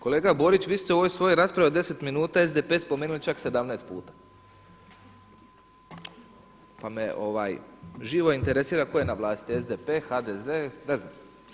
Kolega Borić, vi ste u ovoj svojoj raspravi od 10 minuta SDP spomenuli čak 17 puta, pa me živo interesira tko je na vlasti SDP, HDZ, ne znam.